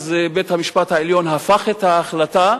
בית-המשפט העליון הפך את ההחלטה,